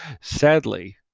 Sadly